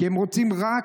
הם רוצים רק